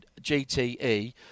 GTE